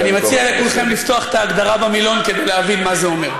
אני מציע לכולכם לפתוח את ההגדרה במילון כדי להבין מה זה אומר.